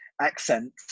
accent